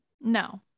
No